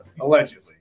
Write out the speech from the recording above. Allegedly